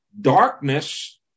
darkness